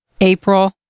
April